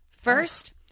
First